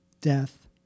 death